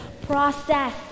process